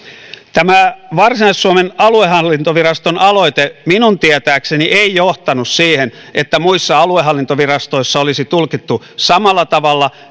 tämä varsinais suomen aluehallintoviraston aloite minun tietääkseni ei johtanut siihen että muissa aluehallintovirastoissa olisi tulkittu samalla tavalla